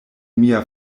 mia